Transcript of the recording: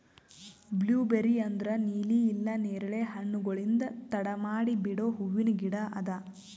blueberry ಅಂದುರ್ ನೀಲಿ ಇಲ್ಲಾ ನೇರಳೆ ಹಣ್ಣುಗೊಳ್ಲಿಂದ್ ತಡ ಮಾಡಿ ಬಿಡೋ ಹೂವಿನ ಗಿಡ ಅದಾ